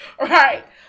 right